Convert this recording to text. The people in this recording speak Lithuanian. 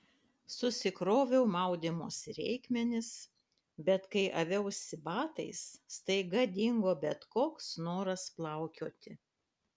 susikroviau maudymosi reikmenis bet kai aviausi batais staiga dingo bet koks noras plaukioti